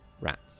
rats